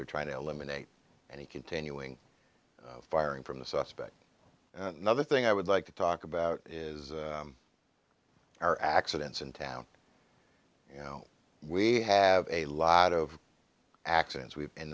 they're trying to eliminate any continuing firing from the suspect and another thing i would like to talk about is are accidents in town you know we have a lot of accidents we have in